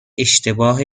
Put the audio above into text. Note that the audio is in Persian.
اشتباه